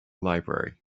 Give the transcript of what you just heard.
library